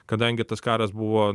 kadangi tas karas buvo